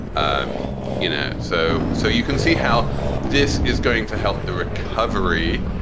um you know. so so you can see how this is going to help the recovery.